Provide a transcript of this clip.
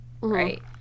right